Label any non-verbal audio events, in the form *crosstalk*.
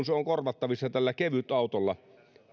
*unintelligible* se on korvattavissa tällä kevytautolla